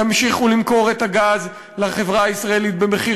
תמשיכו למכור את הגז לחברה הישראלית במחיר